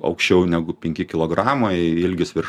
aukščiau negu penki kilogramai ilgis virš